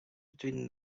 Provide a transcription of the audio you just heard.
between